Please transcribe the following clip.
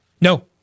no